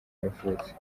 yavutse